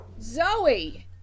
Zoe